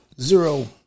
Zero